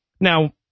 Now